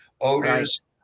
odors